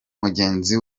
mugenzi